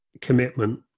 commitment